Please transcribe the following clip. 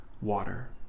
water